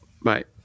Bye